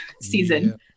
season